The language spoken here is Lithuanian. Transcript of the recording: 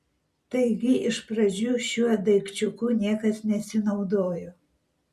taigi iš pradžių šiuo daikčiuku niekas nesinaudojo